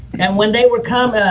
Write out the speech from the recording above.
and when they were called